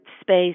space